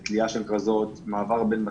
ברור לנו שהנגיף לא צמח בבית אלא הוא בא